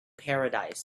paradise